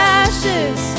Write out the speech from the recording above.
ashes